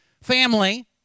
family